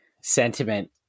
sentiment